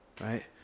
Right